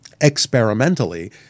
experimentally